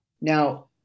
Now